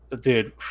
dude